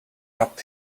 out